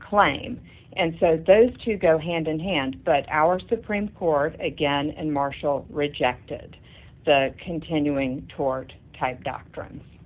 claim and says those two go hand in hand but our supreme court again and marshall rejected the continuing tort type doctrines